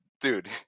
dude